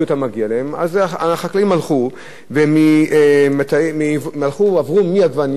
החקלאים הלכו ועברו מעגבניות ליבולים אחרים.